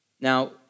Now